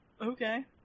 Okay